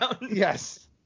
Yes